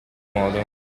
modo